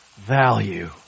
value